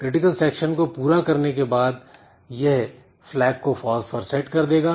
critical section को पूरा करने के बाद यह flag को false पर सेट कर देगा